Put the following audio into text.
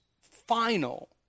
final